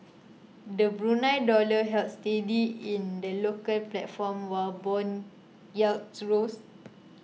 the Brunei dollar held steady in the local platform while bond yields rose